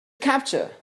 capture